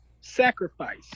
sacrifice